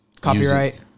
Copyright